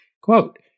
Quote